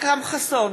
אכרם חסון,